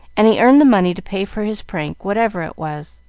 and he earned the money to pay for his prank, whatever it was.